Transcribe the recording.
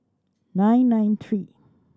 nine nine three